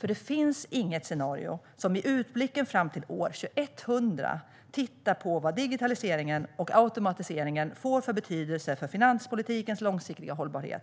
Det finns nämligen inget scenario som i utblicken fram till år 2100 tittar på vad digitaliseringen och automatiseringen får för betydelse för finanspolitikens långsiktiga hållbarhet.